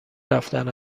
رفتن